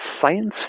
science